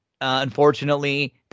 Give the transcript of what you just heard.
unfortunately